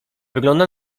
wygląda